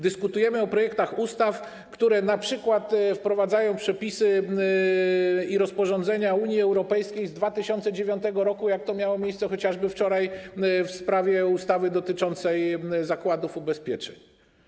Dyskutujemy o projektach ustaw, które np. wprowadzają przepisy i rozporządzenia Unii Europejskiej z 2009 r., jak to miało miejsce chociażby wczoraj w sprawie ustawy dotyczącej zakładów ubezpieczeń.